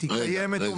היא קיימת,